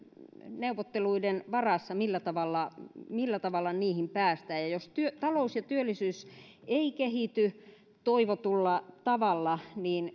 neuvotteluiden varassa millä tavalla millä tavalla niihin päästään jos talous ja työllisyys eivät kehity toivotulla tavalla niin